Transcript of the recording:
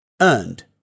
earned